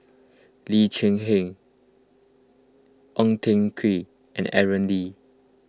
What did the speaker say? Lee Cheng Ong Tiong Khiam and Aaron Lee